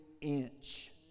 inch